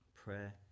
Prayer